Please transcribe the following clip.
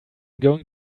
going